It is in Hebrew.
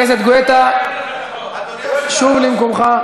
חבר הכנסת גואטה, אדוני היושב-ראש, שוב למקומך.